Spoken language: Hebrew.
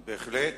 בהחלט.